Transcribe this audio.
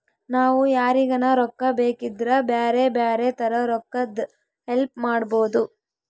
ನಾವು ಯಾರಿಗನ ರೊಕ್ಕ ಬೇಕಿದ್ರ ಬ್ಯಾರೆ ಬ್ಯಾರೆ ತರ ರೊಕ್ಕದ್ ಹೆಲ್ಪ್ ಮಾಡ್ಬೋದು